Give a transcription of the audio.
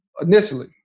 initially